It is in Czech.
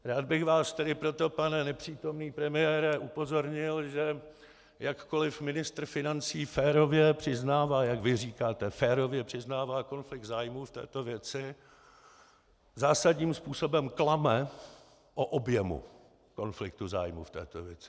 Rád bych vás tedy proto, pane nepřítomný premiére, upozornil, že jakkoli ministr financí férově přiznává, jak vy říkáte, férově přiznává konflikt zájmů v této věci, zásadním způsobem klame o objemu konfliktu zájmů v této věci.